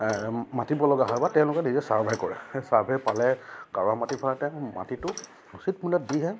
মাতিব লগা হয় বা তেওঁলোকে নিজে ছাৰ্ভে কৰে সেই ছাৰ্ভে পালে মাটিটো উচিত মূল্য দিহে